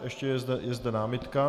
Ještě je zde námitka.